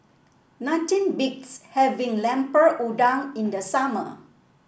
nothing beats having Lemper Udang in the summer